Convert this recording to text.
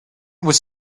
was